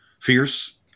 fierce